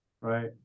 right